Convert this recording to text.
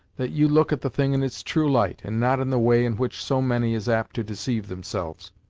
that you look at the thing in its true light, and not in the way in which so many is apt to deceive themselves.